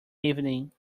evening